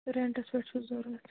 رٮ۪نٹَس پٮ۪ٹھ چھُو ضوٚرَتھ